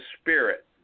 spirit